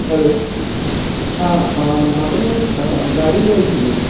hello हां म्हाका न्ही गाडी जाय आशिल्ली